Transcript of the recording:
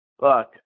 look